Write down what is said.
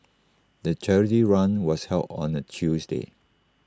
the charity run was held on A Tuesday